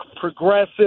progressive